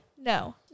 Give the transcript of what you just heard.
no